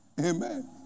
Amen